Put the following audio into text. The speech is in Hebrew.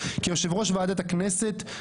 כיושב-ראש ועדת הכנסת,